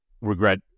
regret